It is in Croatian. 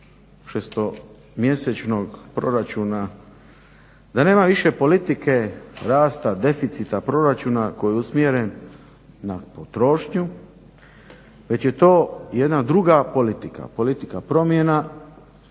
šestomjesečnog proračuna da nema više politike rasta deficita proračuna koji je usmjeren na potrošnju već je to jedna druga politika, politika promjena,